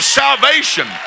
salvation